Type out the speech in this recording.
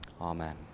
Amen